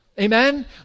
Amen